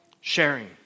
sharing